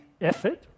effort